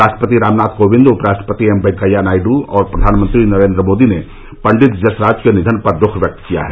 राष्ट्रपति रामनाथ कोविंद उपराष्ट्रपति एम वेंकैया नायडू और प्रधानमंत्री नरेंद्र मोदी ने पंडित जसराज के निधन पर दुख व्यक्त किया है